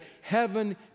heaven